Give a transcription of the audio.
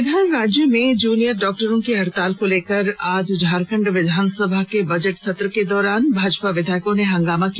उधर राज्य में जूनियर डॉक्टरों की हड़ताल को लेकर झारखंड विधानसभा के बजट सत्र के दौरान आज भाजपा विधायकों ने हंगामा किया